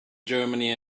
germany